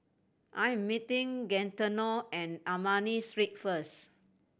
I am meeting Gaetano and Ernani Street first